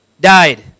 died